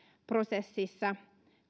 prosessissa